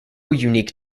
unique